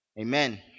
amen